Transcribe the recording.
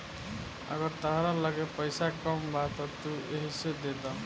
अगर तहरा लगे पईसा कम बा त तू एही से देद